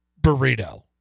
burrito